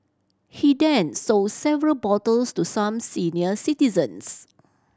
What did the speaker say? he then sold several bottles to some senior citizens